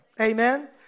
Amen